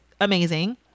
amazing